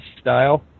style